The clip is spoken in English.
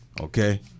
Okay